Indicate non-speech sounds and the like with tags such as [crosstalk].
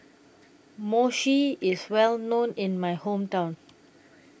[noise] Mochi IS Well known in My Hometown